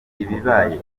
ibibaye